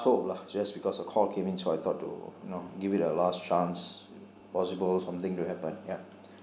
hope lah just because a call came in so I thought to you know give it a last chance possible something to happen ya